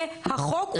זה החוק.